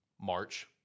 March